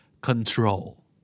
Control